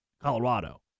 Colorado